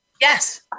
Yes